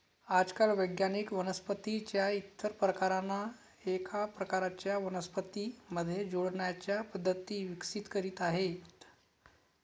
आजकाल वैज्ञानिक वनस्पतीं च्या इतर प्रकारांना एका प्रकारच्या वनस्पतीं मध्ये जोडण्याच्या पद्धती विकसित करीत आहेत